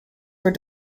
for